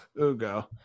Ugo